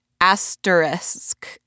asterisk